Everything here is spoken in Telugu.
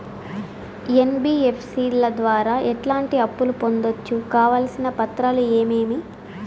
ఎన్.బి.ఎఫ్.సి ల ద్వారా ఎట్లాంటి అప్పులు పొందొచ్చు? కావాల్సిన పత్రాలు ఏమేమి?